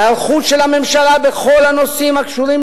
ההיערכות של הממשלה בכל הנושאים הקשורים